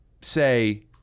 say